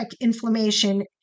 inflammation